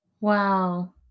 Wow